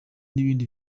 n’ibindi